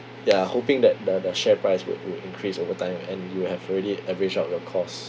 ya hoping that the the share price will will increase over time and you have already average out your cost